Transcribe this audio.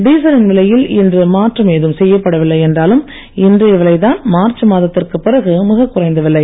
டீசலின் விலையில் இன்று மாற்றம் ஏதும் செய்யப்படவில்லை என்றாலும் இன்றைய விலை தான் மார்ச் மாதத்திற்கு பிறகு மிக குறைந்த விலை